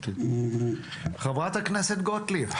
חברת הכנסת גוטליב.